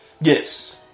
Yes